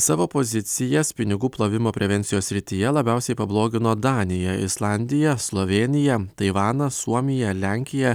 savo pozicijas pinigų plovimo prevencijos srityje labiausiai pablogino danija islandija slovėnija taivanas suomija lenkija